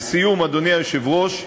לסיום, אדוני היושב-ראש,